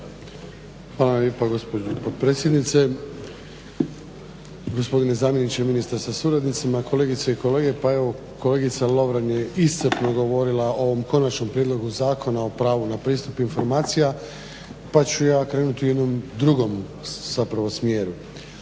Hvala lijepa gospođo potpredsjednice, gospodine zamjeniče ministra sa suradnicima, kolegice i kolege. Pa evo kolegica Lovrin je iscrpno govorila o ovom Konačnom prijedlogu zakona o pravu na pristup informacija pa ću ja krenuti u jednom drugom zapravo